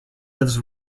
lives